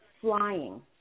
flying